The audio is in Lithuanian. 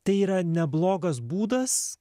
tai yra neblogas būdas